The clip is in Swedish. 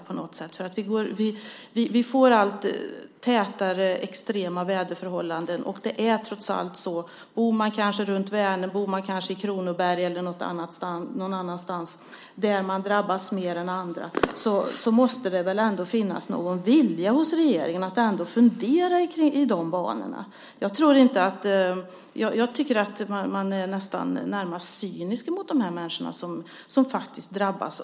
Allt tätare får vi extrema väderförhållanden. Med tanke på dem som kanske bor runt Vänern eller i Kronoberg exempelvis där man drabbas mer än andra måste det väl trots allt finnas någon vilja hos regeringen att fundera i de här banorna. Jag tycker att man är närmast cynisk gentemot de människor som återkommande drabbas.